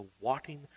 walking